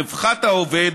רווחת העובד,